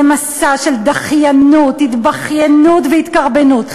זה מסע של דחיינות, התבכיינות והתקרבנות.